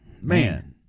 Man